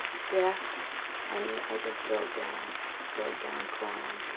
death and i just broke down broke down crying